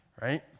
right